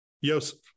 Yosef